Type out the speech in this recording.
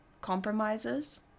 compromises